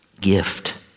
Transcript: gift